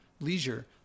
leisure